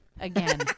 again